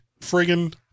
friggin